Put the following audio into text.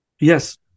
Yes